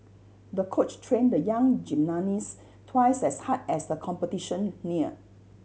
the coach trained the young gymnast twice as hard as the competition neared